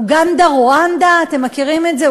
אוגנדה רואנדה, אתם מכירים את זה?